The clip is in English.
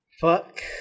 Fuck